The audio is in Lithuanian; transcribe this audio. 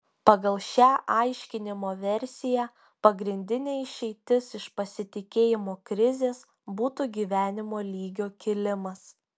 pagal šią aiškinimo versiją pagrindinė išeitis iš pasitikėjimo krizės būtų gyvenimo lygio kilimas